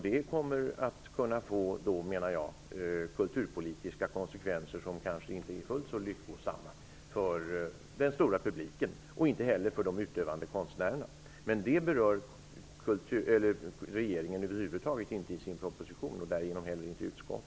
Jag menar att det skulle få kulturpolitiska konsekvenser som kanske inte är så lyckosamma för den stora publiken och inte heller för de utövande konstnärerna. Men detta berör regeringen över huvud taget inte i sin proposition och därigenom inte heller utskottet.